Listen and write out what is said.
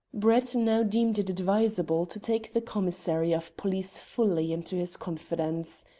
brett now deemed it advisable to take the commissary of police fully into his confidence.